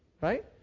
right